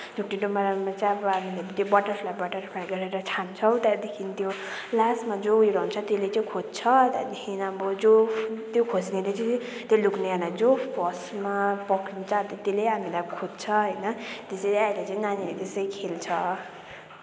धुप्लेडुमहरूमा चाहिँ हामीले butterfly butterfly गरेर छान्छौँ त्यहाँदेखि त्यो लास्टमा जो उयो रहन्छ त्यसले चाहिँ खोज्छ त्यहाँदेखि अब जो खोज्नेले चाहिँ त्यो लुक्नेहरूलाई जो फर्स्टमा पक्रिन्छ अन्त त्यसले हामीलाई खोज्छ होइन त्यसरी है अहिले चाहिँ नानीहरूले चाहिँ खेल्छ